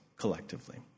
collectively